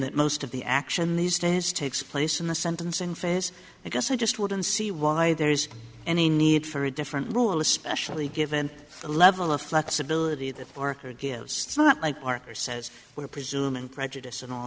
that most of the action these days takes place in the sentencing i guess i just wouldn't see why there is any need for a different rule especially given the level of flexibility that parker gives not by parker says we're presuming prejudice in all